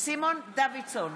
סימון דוידסון